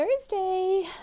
Thursday